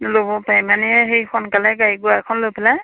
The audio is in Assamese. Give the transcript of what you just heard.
ল'ব পাৰি মানে সেই সোনকালে গাড়ী গোৰা এখন লৈ পেলাই